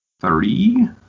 Three